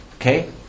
Okay